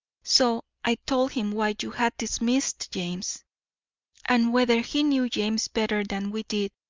so i told him why you had dismissed james and whether he knew james better than we did,